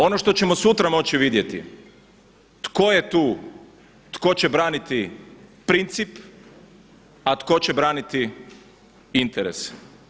Ono što ćemo sutra moći vidjeti tko je tu, tko će braniti princip a tko će braniti interes.